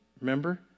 Remember